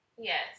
Yes